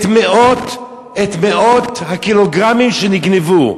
את מאות הקילוגרמים שנגנבו,